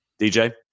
DJ